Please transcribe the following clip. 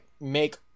make